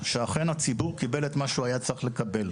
שאכן הציבור קיבל את מה שהוא צריך היה לקבל.